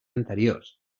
anteriors